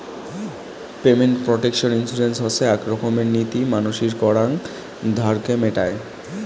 payment protection insurance হসে আক রকমের নীতি মানসির করাং ধারকে মেটায়